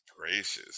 gracious